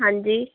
ਹਾਂਜੀ